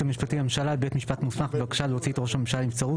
המשפטי לממשלה לבית משפט מוסמך בבקשה להוציא את ראש הממשלה לנבצרות